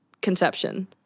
conception